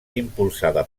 impulsada